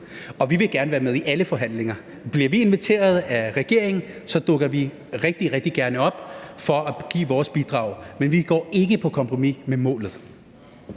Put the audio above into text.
og vi vil gerne være med i alle forhandlinger. Bliver vi inviteret af regeringen, dukker vi rigtig, rigtig gerne op for at give vores bidrag, men vi går ikke på kompromis med målet.